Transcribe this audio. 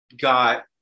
got